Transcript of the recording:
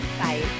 Bye